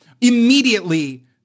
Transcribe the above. immediately